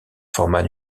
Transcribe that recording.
format